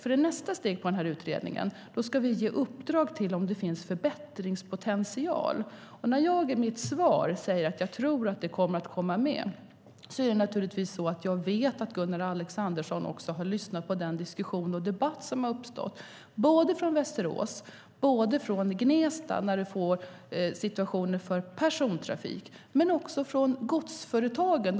I nästa steg av utredningen ska vi nämligen ge i uppdrag att se om det finns förbättringspotential. När jag i mitt svar säger att jag tror att det kommer att komma med är det naturligtvis så att jag vet att Gunnar Alexandersson har lyssnat på den diskussion och debatt som har uppstått - inte bara från Västerås och Gnesta, när du får situationer med persontrafik, utan också från godsföretagen.